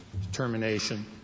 determination